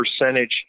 percentage